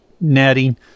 netting